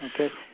Okay